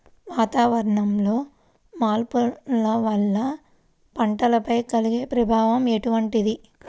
వాతావరణంలో మార్పుల వల్ల పంటలపై కలిగే ప్రభావం ఎటువంటిది?